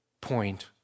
point